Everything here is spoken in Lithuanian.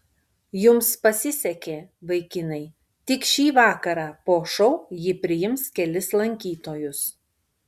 jums pasisekė vaikinai tik šį vakarą po šou ji priims kelis lankytojus